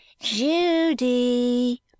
Judy